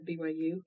BYU